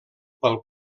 pel